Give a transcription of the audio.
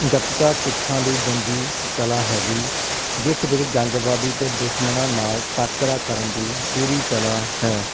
ਗੱਤਕਾ ਸਿੱਖਾਂ ਦੀ ਜੰਗੀ ਕਲਾ ਹੈਗੀ ਜਿਸ ਵਿੱਚ ਜੰਗਬੰਦੀ ਅਤੇ ਦੁਸ਼ਮਣਾਂ ਨਾਲ ਟਾਕਰਾ ਕਰਨ ਦੀ ਪੂਰੀ ਕਲਾ ਹੈ